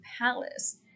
palace